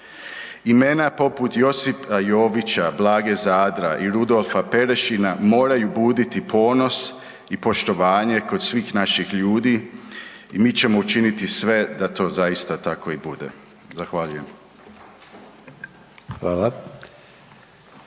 Imena poput Josipa Jovića, Blage Zadra i Rudolfa Perešina moraju buditi ponos i poštovanje kod svih naših ljudi i mi ćemo učiniti sve da to zaista tako i bude. Zahvaljujem.